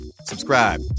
subscribe